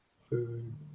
Food